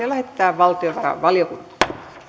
lähetetään valtiovarainvaliokuntaan